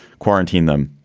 quarantine them.